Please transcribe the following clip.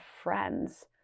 friends